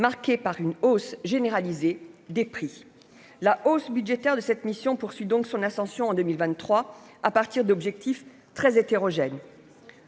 marquée par une hausse généralisée des prix la hausse budgétaire de cette mission, poursuit donc son ascension en 2023 à partir d'objectifs très hétérogène,